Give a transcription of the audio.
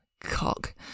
cock